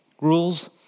Rules